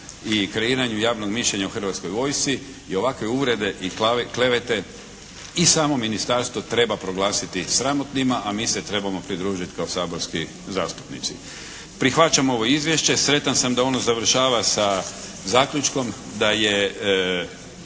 i kreiranju javnog mišljenja o Hrvatskoj vojsci i ovakve uvrede i klevete i samo ministarstvo treba proglasiti sramotnima, a mi se trebamo pridružiti kao saborski zastupnici. Prihvaćam ovo izvješće, sretan sam da ono završava sa zaključkom da je